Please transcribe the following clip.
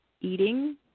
Eating